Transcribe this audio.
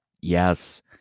Yes